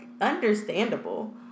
understandable